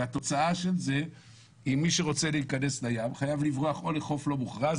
והתוצאה של זה היא שמי שרוצה להיכנס לים חייב לברוח או לחוף לא מוכרז